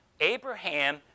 Abraham